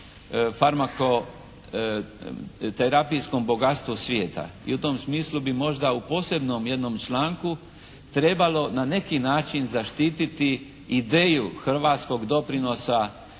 farmako terapijskom bogatstvu svijeta. I u tom smislu bi možda u posebnom jednom članku trebalo na neki način zaštititi ideju hrvatskog doprinosa